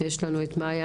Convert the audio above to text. יש לנו את מיה